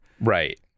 Right